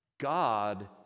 God